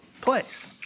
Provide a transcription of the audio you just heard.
place